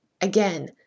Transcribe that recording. Again